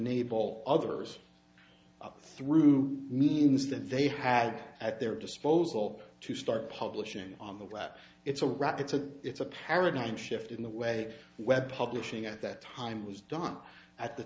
enable others through means that they had at their disposal to start publishing on the that it's a wrap it's a it's a paradigm shift in the way web publishing at that time was done at the